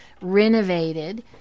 renovated